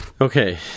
Okay